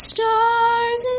Stars